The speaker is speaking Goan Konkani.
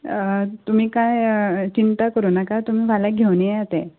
तुमी कांय चिंता करूं नाका तुमी वाल्याक घेवन येयात ते